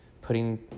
putting